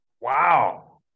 Wow